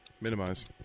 Minimize